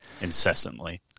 incessantly